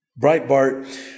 Breitbart